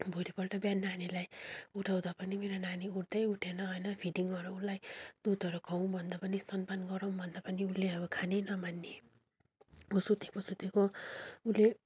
भोलिपल्ट बिहान नानीलाई उठाउँदा पनि मेरो नानी उठ्दै उठेन होइन फिडिङ् गर्नु उसलाई दुधहरू खुवाउँ भन्दा पनि स्तन पान गराउँ भन्दा पनि उसले अब खानै नमान्ने अब सुतेको सुतेको उसले